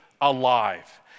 alive